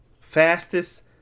fastest